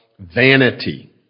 vanity